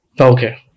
Okay